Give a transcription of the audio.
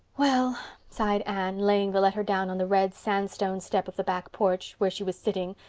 well, sighed anne, laying the letter down on the red sandstone step of the back porch, where she was sitting,